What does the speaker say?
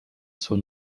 zur